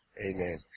Amen